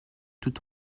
tout